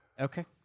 Okay